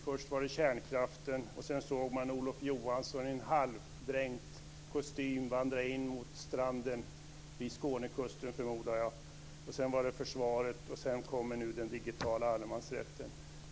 Först var det kärnkraften, och sedan såg man Olof Johansson i en halvdränkt kostym vandra in mot stranden, vid Skånekusten förmodar jag. Sedan var det försvaret, och nu kommer den digitala allemansrätten.